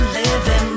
living